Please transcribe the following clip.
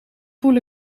voel